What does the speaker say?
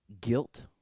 Guilt